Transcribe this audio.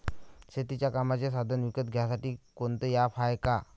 शेतीच्या कामाचे साधनं विकत घ्यासाठी कोनतं ॲप हाये का?